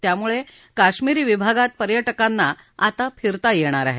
त्यामुळे कश्मीरी विभागात पर्यटकांना आता फिरता येईल